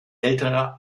älterer